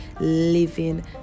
living